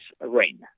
rain